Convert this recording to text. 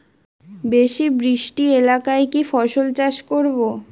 বেশি বৃষ্টি এলাকায় কি ফসল চাষ করব?